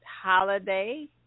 holiday